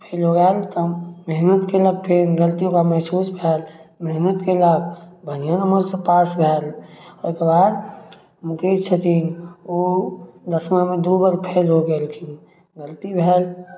fail हो गेल तब मेहनति कएलक फेर गलती ओकरा महसूस भेल मेहनति कएलक बढ़िआँ नम्बरसे पास भेल ओहिके बाद मुकेश छथिन ओ दशमामे दुइ बेर फेल हो गेलखिन गलती भेल